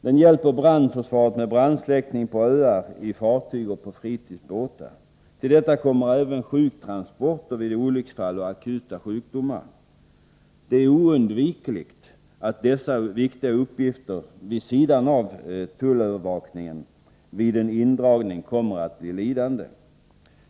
Den hjälper brandförsvaret med brandsläckning på öar, i fartyg och på fritidsbåtar. Till detta kommer även sjuktransporter vid olycksfall och akuta sjukdomar. Det är oundvikligt att dessa viktiga uppgifter vid sidan av tullövervakningen kommer att bli lidande vid en indragning.